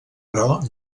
però